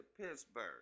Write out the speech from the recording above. Pittsburgh